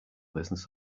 business